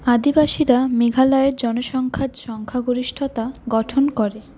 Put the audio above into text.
আদিবাসীরা মেঘালয়ের জনসংখ্যার সংখ্যা গরিষ্ঠতা গঠন করে